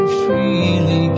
freely